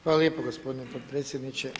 Hvala lijepo gospodine potpredsjedniče.